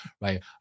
right